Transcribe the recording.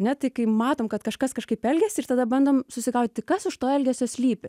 na tai kai matom kad kažkas kažkaip elgiasi ir tada bandom susigaudyti kas už to elgesio slypi